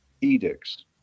edicts